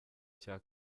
cya